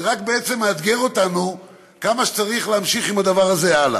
זה רק מאתגר אותנו כמה שצריך להמשיך עם הדבר הזה הלאה.